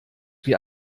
wie